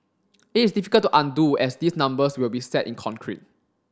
it is difficult to undo as these numbers will be set in concrete